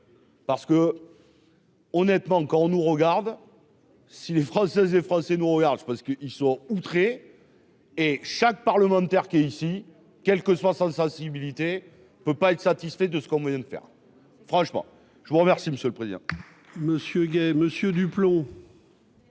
parce que. Honnêtement, quand nous regarde, si les Françaises et Français nous regardent parce qu'ils sont outrés et chaque parlementaire qui est ici, quelle que soit 100 sensibilité, on ne peut pas être satisfait de ce qu'on vient de faire, franchement, je vous remercie, monsieur le président